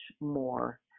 more